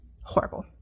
Horrible